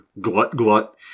glut-glut